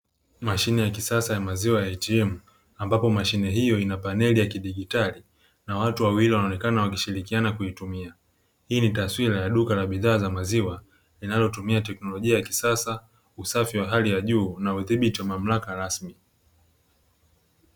mashine za maziwa ya "ATM" ambapo mashine hiyo ina paneli ya kidigitali na watu wawili wanaonekana wakishirikiana kuitumia. Hili ni taswira ya duka la bidhaa za maziwa linalotumia teknolojia ya kisasa, usafi wa hali ya juu na udhibiti wa mamlaka rasmi.